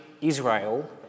Israel